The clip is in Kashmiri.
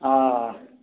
آ آ